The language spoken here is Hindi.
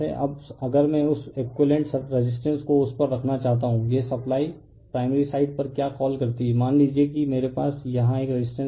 अब अगर मैं उस एकुइवेलेंट रेसिस्टेंस को उस पर रखना चाहता हूं यह सप्लाई प्राइमरी साइड पर क्या कॉल करती है मान लीजिए कि मेरे पास यहां एक रेसिस्टेंस है